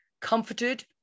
comforted